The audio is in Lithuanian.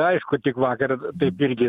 aišku tik vakar taip irgi